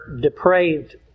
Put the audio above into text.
depraved